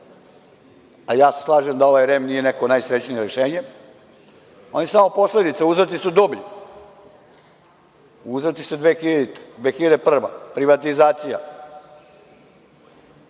a ja se slažem da ovaj REM nije neko najsrećnije rešenje, on je samo posledica, uzroci su dublji, uzroci su 2000, 2001. godina,